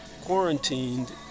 quarantined